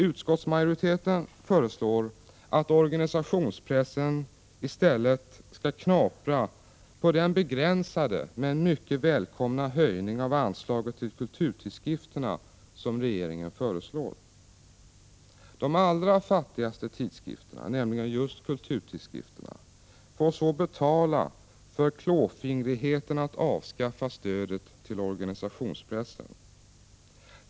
Utskottsmajoriteten föreslår att organisationspressen i stället skall knapra på den begränsade men mycket välkomna höjning av anslaget till kulturtidskrifterna som regeringen föreslår. De allra fattigaste tidskrifterna, nämligen just kulturtidskrifterna, får så betala för klåfingrigheten att avskaffa stödet till organisationspressen.